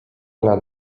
nad